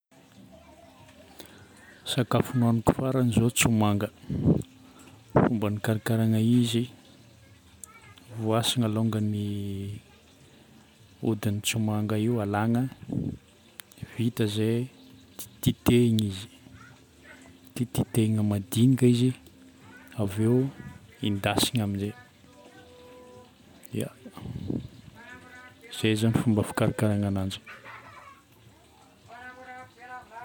Sakafo nohagniko farany zao tsomanga. Fomba nikarakarana izy: voasina alongany ny hodin'ny tsomanga io, alagna. Vita zay titititehigna izy, titititehigna madinika izy avy eo endasina amizay. Ya. Zay zagny fomba fikarakarana ananjy.